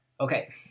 Okay